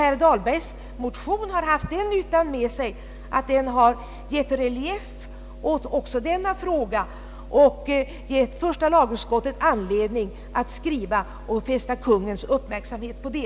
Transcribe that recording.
Herr Dahlbergs motion har haft den nyttan med sig att den har gett relief åt denna fråga och gett första lagutskottet anledning att fästa Kungl. Maj:ts uppmärksamhet på saken.